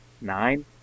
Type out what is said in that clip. Nine